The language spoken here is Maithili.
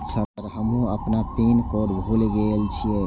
सर हमू अपना पीन कोड भूल गेल जीये?